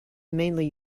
mainly